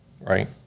right